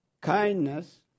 kindness